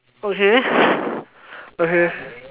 okay okay